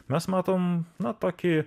mes matom na tokį